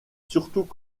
surtout